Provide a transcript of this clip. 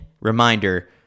Reminder